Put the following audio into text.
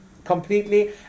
Completely